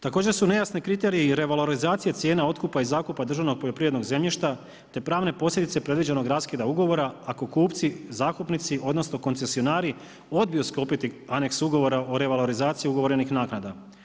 Također su nejasni kriteriji … cijena otkupa i zakupa državnog poljoprivrednog zemljišta te pravne posljedice predviđenog raskida ugovora ako kupci, zakupnici odnosno koncesionari odbiju sklopiti aneks ugovora o revalorizaciji ugovorenih naknada.